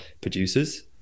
producers